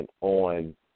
on